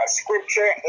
scripture